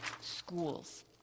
schools